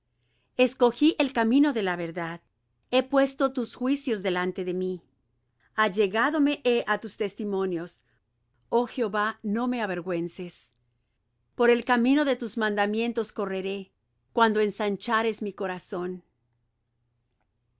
escogí el camino de la verdad he puesto tus juicios delante de mí allegádome he á tus testimonios oh jehová no me avergüences por el camino de tus mandamientos correré cuando ensanchares mi corazón